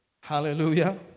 hallelujah